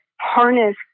harness